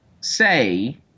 say